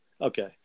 okay